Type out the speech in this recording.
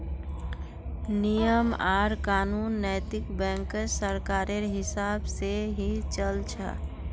नियम आर कानून नैतिक बैंकत सरकारेर हिसाब से ही चल छ